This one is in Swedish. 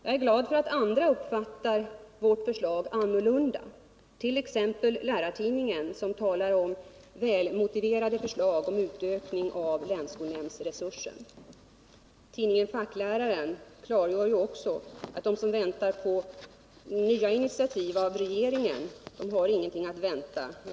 Jag är glad över att andra uppfattar vårt förslag annorlunda, t.ex. Lärartidningen/Svensk Skoltidning som talar om ”välmotiverade förslag om utökning av länsskolnämndsresursen”. Tidningen Fackläraren klargör också att de som väntar på nya initiativ av regeringen ingenting har att vänta.